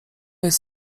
jest